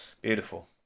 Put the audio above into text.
Beautiful